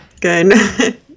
Good